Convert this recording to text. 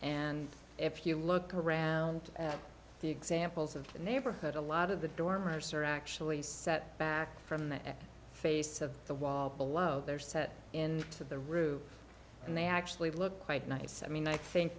and if you look around at the examples of the neighborhood a lot of the dormer sir actually set back from the face of the wall the love they're set in to the roof and they actually look quite nice i mean i think